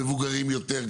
מבוגרים יותר,